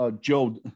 Joe